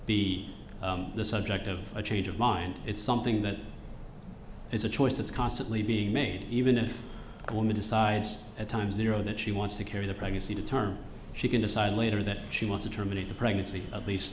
be the subject of a change of mind it's something that is a choice that's constantly being made even if the woman decides at time zero that she wants to carry the pregnancy to term she can decide later that she wants to terminate the pregnancy at least